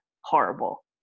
horrible